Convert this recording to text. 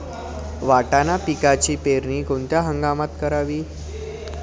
वाटाणा पिकाची पेरणी कोणत्या हंगामात करावी?